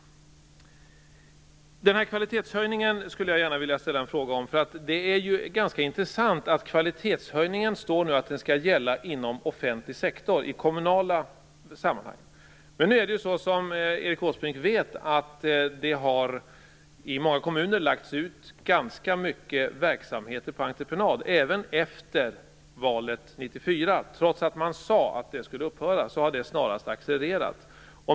Den här kvalitetshöjningen skulle jag gärna vilja ställa en fråga om. Det är ju ganska intressant att det i fråga om kvalitetshöjningen står att den skall gälla inom offentlig sektor, i kommunala sammanhang. Men nu är det ju så, som Erik Åsbrink vet, att det i många kommuner har lagts ut ganska mycket verksamheter på entreprenad - även efter valet 1994. Trots att man sade att det skulle upphöra har det snarast accelererat.